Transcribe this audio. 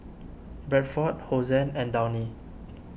Bradford Hosen and Downy